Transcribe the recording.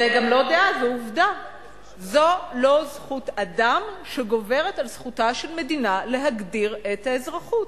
זו לא זכות אדם שגוברת על זכותה של מדינה להגדיר את האזרחות,